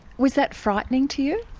was that frightening to you?